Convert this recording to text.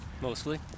Mostly